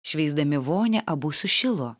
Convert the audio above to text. šveisdami vonią abu sušilo